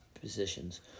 positions